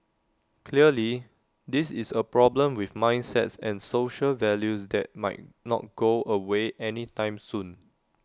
clearly this is A problem with mindsets and social values that might not go away anytime soon